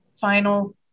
Final